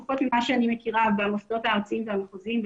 לפחות ממה שאני מכירה במוסדות הארציים והמחוזיים,